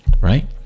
right